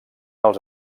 els